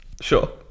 sure